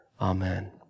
Amen